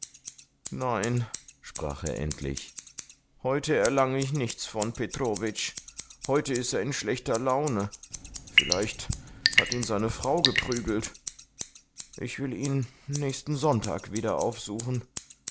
nein sprach er endlich heute erlange ich nichts von petrowitsch heute ist er in schlechter laune vielleicht hat ihn seine frau geprügelt ich will ihn nächsten sonntag wieder aufsuchen